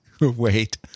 wait